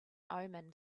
omen